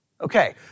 Okay